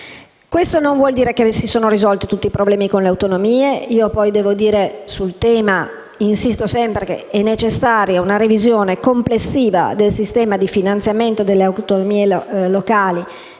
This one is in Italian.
Questo non vuol dire che si sono risolti tutti i problemi con le autonomie - sul tema insisto sempre sulla necessità di una revisione complessiva del sistema di finanziamento delle autonomie locali